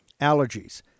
allergies